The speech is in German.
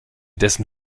dessen